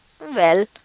Well